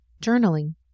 Journaling